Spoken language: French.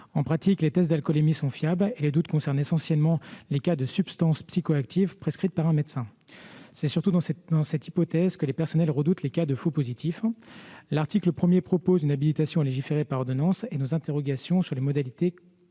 En pratique, les tests d'alcoolémie sont fiables, et le doute concerne essentiellement le cas de substances psychoactives prescrites par un médecin. C'est surtout dans cette hypothèse que les personnels redoutent les « faux positifs ». L'article 1 prévoyant une habilitation à légiférer par ordonnance, nos interrogations sur les modalités